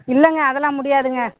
இல்லைங்க அதெல்லாம் முடியாதுங்க